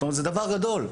זה דבר גדול.